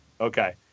Okay